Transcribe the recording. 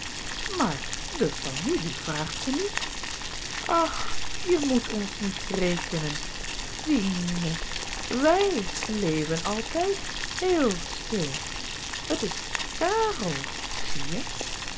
maar de familie vraagt ze niet ach je moet ons niet rekenen fie ie ne w i j leven altijd héel stil het is kàrel zie je